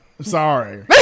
Sorry